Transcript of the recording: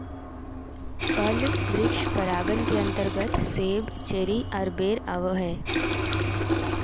फल वृक्ष परागण के अंतर्गत सेब, चेरी आर बेर आवो हय